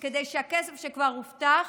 כדי שהכסף שכבר הובטח